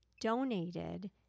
donated